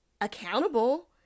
accountable